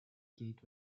gate